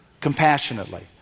compassionately